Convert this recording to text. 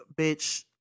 bitch